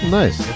nice